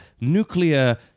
nuclear